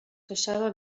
queixava